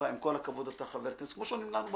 עם כל הכבוד, אתה חבר כנסת, וזה כמו בבנקים